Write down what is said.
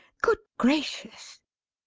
good gracious!